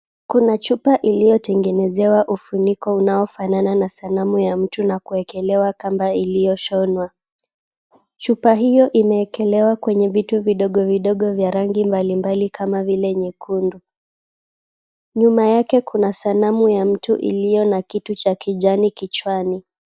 Kuna chupa iliyotengenezewa ufuniko unaofanana na sanamu ya mtu na kuekelewa kamba iliyoshonwa. Chupa hiyo imeekelewa kwenye vitu vidogo vidogo vya rangi mbali mbali kama vile nyekundu. Nyuma yake kuna sanamu ya mtu iliyo na kitu cha kijani kichwani.